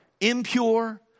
impure